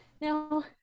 No